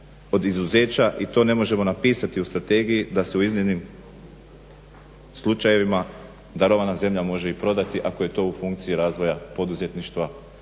od izuzeća i to ne možemo napisati u strategiji da se u iznimnim slučajevima darovana zemlja može i prodati ako je to u funkciji razvoja poduzetništva.